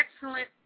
excellent